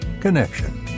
Connection